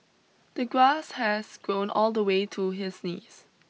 the grass has grown all the way to his knees